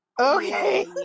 Okay